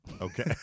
Okay